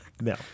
No